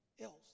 else